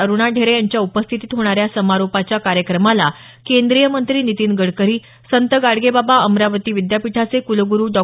अरुणा ढेरे यांच्या उपस्थितीत होणाऱ्या समारोपाच्या कार्यक्रमाला केंद्रीय मंत्री नितीन गडकरी संत गाडगेबाबा अमरावती विद्यापीठाचे क्लग्रू डॉ